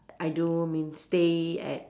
I do mean stay at